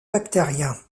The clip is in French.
bactérien